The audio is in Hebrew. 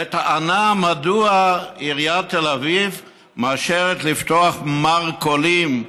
בטענה, מדוע עיריית תל אביב מאשרת לפתוח מרכולים,